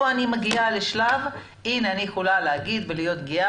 אני מגיעה לשלב שאני יכולה להגיד שאני יכולה להיות גאה